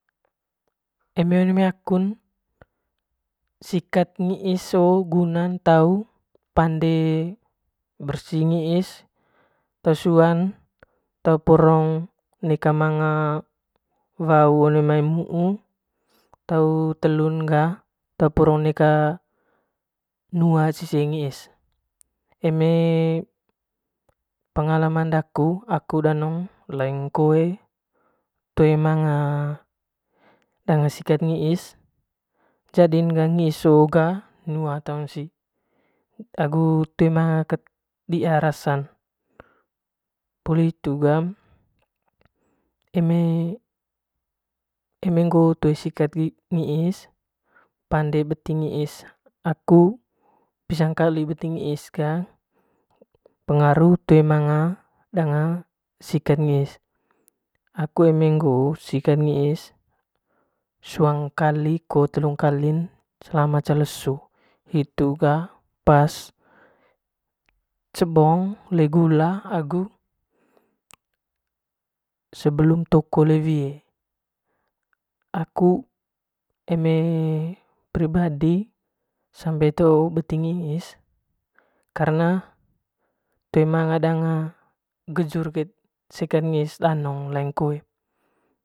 Eme one mai akun sikat ngiis hoo tau pande bersii ngiis te suan te porong neka manga wau one mai muu te telun ga teporong nua ise ngiis eme pengalaman daku danong au laing koe toe manga sikat nggis jading ga ngiis soo ga nua taung sit agu toe manga kat manga diia rasan poli hitu ga eme ngoo toe sikat ngiis pande beti ngiis aku pisa ngkali beti ngiis ga pengaru toe manga sikat ngiis aku eme ngoo sikat ngiis sua ngkalin ko telu ngkalin selama ce leso hitu ga pas cebong le gula agu sebelum took le wie aku eme pribadi sampe bet hoo beti ngiis pengaru toe manga gejur sikaat ngiis danong laing koe.